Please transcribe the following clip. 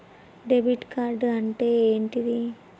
Debit card అంటే ఏంటిది?